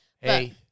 Hey